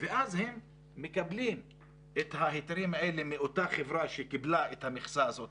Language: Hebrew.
והם מקבלים את ההיתרים האלה מאותה חברה שקיבלה את המכסה הזאת